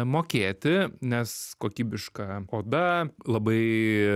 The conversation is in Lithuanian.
mokėti nes kokybiška oda labai